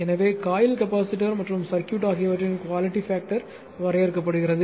எனவே coil capacitor மற்றும் circuit ஆகியவற்றின் குவாலிட்டி பேக்டர் வரையறுக்கப்படுகிறது